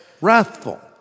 wrathful